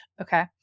Okay